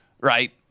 right